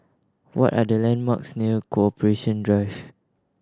what are the landmarks near Corporation Drive